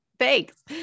Thanks